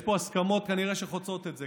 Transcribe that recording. יש פה כנראה הסכמות שחוצות את זה.